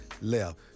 left